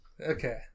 okay